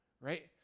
right